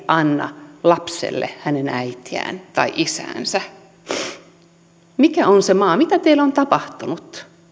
anna lapselle hänen äitiään tai isäänsä mikä on se maa mitä teille on tapahtunut